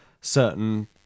certain